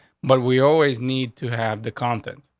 but we always need to have the content,